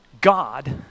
God